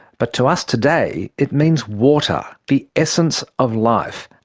but to us, today, it means water, the essence of life.